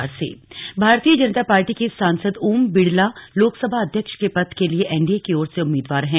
ओम बिड़ला भारतीय जनता पार्टी के सांसद ओम बिड़ला लोकसभा अध्यक्ष के पद के लिए एनडीए की ओर से उम्मीदवार हैं